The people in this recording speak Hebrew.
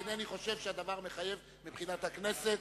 אינני חושב שהדבר מחייב, מבחינת הכנסת,